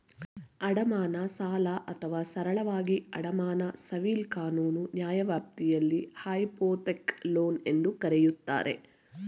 ಅಡಮಾನ ಸಾಲ ಅಥವಾ ಸರಳವಾಗಿ ಅಡಮಾನ ಸಿವಿಲ್ ಕಾನೂನು ನ್ಯಾಯವ್ಯಾಪ್ತಿಯಲ್ಲಿ ಹೈಪೋಥೆಕ್ ಲೋನ್ ಎಂದೂ ಕರೆಯುತ್ತಾರೆ